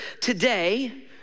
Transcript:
today